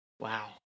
wow